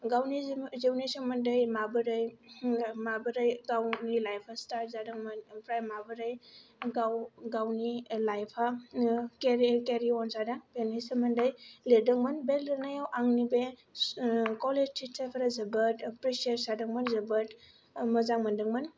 गावनि जिउनि सोमोन्दै माबोरै माबोरै गावनि लाइफा स्टार्ट जादोंंमोन ओमफ्राय माबोरै गाव गावनि लाइफा केरि अन केरि अन जादों बेनि सोमोन्दै लिरदोंमोन बे लिरनायाव आंनि बे ओ कलेज टिचारफोरा जोबोद एप्रिसियेसन होदोंमोन जोबोद मोजां मोन्दोंमोन